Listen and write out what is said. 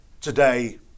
today